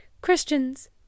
christians